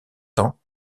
temps